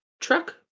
truck